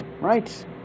right